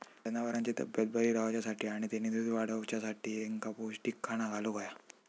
जनावरांची तब्येत बरी रवाच्यासाठी आणि तेनी दूध वाडवच्यासाठी तेंका पौष्टिक खाणा घालुक होया